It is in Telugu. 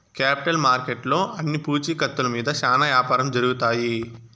కేపిటల్ మార్కెట్లో అన్ని పూచీకత్తుల మీద శ్యానా యాపారం జరుగుతాయి